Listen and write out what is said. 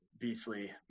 beastly